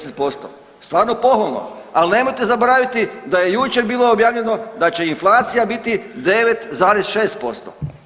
Stvarno pohvalno, ali nemojte zaboraviti da je jučer bilo objavljeno da će inflacija biti 9,6%